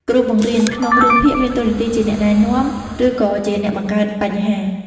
គ្រូបង្រៀន ក្នុងរឿងភាគមានតួនាទីជាអ្នកណែនាំ ឬក៏ជាអ្នកបង្កើតបញ្ហា។